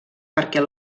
perquè